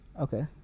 Okay